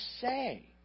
say